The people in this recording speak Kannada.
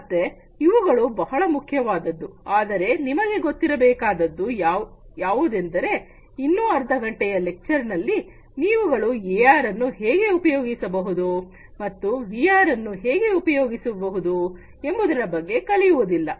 ಮತ್ತೆ ಇವುಗಳು ಬಹಳ ಮುಖ್ಯವಾದದ್ದು ಆದರೆ ನಿಮಗೆ ಗೊತ್ತಿರಬೇಕಾದದ್ದು ಯಾವುದೆಂದರೆ ಇನ್ನು ಅರ್ಧ ಗಂಟೆಯ ಉಪನ್ಯಾಸದಲ್ಲಿ ನೀವುಗಳು ಎಆರ್ ಅನ್ನು ಹೇಗೆ ಉಪಯೋಗಿಸುವುದು ಮತ್ತು ವಿಆರ್ ಅನ್ನು ಹೇಗೆ ಉಪಯೋಗಿಸುವುದು ಎಂಬುದರ ಬಗ್ಗೆ ಕಲಿಯುವುದಿಲ್ಲ